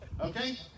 Okay